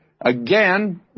again